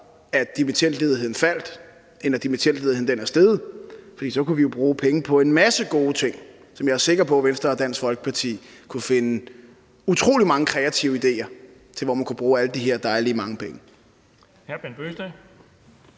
at dimittendledigheden var faldet, end at dimittendledigheden er steget, for så kunne vi bruge penge på en masse gode ting. Og jeg er sikker på, at Venstre og Dansk Folkeparti kunne komme med utrolig mange kreative idéer til, hvor man kunne bruge alle de her dejlig mange penge.